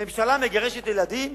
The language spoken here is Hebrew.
ממשלה מגרשת ילדים?